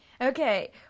Okay